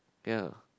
ya